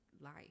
life